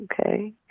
okay